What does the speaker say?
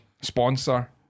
Sponsor